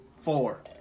Four